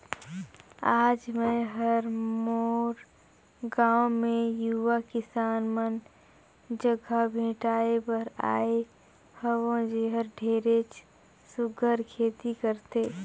आज मैं हर मोर गांव मे यूवा किसान मन जघा भेंटाय बर आये हंव जेहर ढेरेच सुग्घर खेती करथे